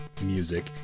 music